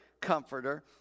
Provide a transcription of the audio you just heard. comforter